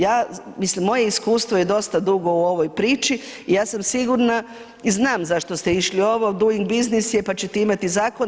Ja, mislim moje iskustvo je dosta dugo u ovoj priči i ja sam sigurna i znam zašto ste išli ovo duing biznis je pa ćete imati zakon.